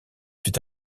fut